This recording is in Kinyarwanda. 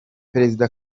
perezida